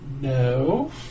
No